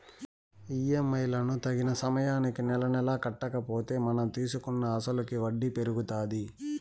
EMI లను తగిన సమయానికి నెలనెలా కట్టకపోతే మనం తీసుకున్న అసలుకి వడ్డీ పెరుగుతాది